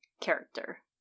character